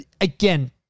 again